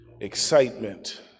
excitement